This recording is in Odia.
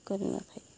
କରି ନ ଥାଏ